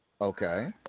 Okay